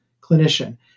clinician